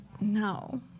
No